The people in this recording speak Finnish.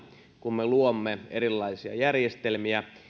kun me luomme erilaisia järjestelmiä